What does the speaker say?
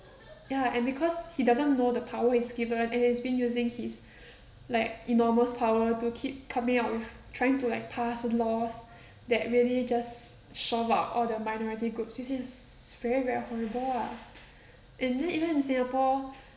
ya and because he doesn't know the power he's given and he's been using his like enormous power to keep coming up with trying to like pass the laws that really just shove out all the minority groups which is very very horrible ah and then even in singapore